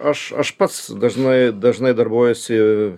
aš aš pats dažnai dažnai darbuojuosi